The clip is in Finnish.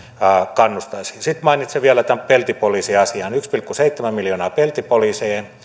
kannustaisivat sitten mainitsen vielä tämän peltipoliisiasian yksi pilkku seitsemän miljoonaa peltipoliiseihin